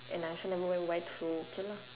and I also never wear white so okay lah